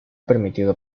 permitido